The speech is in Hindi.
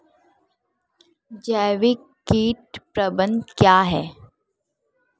जैविक कीट प्रबंधन क्या है?